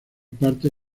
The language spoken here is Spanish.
parte